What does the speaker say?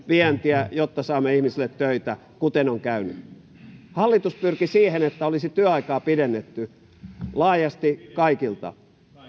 vientiä jotta saisimme ihmisille töitä kuten on käynyt hallitus pyrki siihen että olisi työaikaa pidennetty laajasti kaikilta